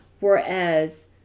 Whereas